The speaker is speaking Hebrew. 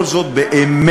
כל זאת באמת,